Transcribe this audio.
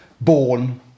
born